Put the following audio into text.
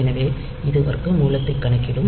எனவே இது வர்க்கமூலத்தை கணக்கிடும்